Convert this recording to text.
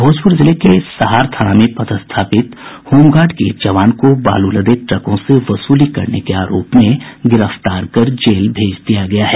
भोजपुर जिले के सहार थाना में पदस्थापित होमगार्ड के एक जवान को बालू लदे ट्रकों से वसूली करने के आरोप में गिरफ्तार कर जेल भेज दिया है